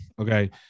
Okay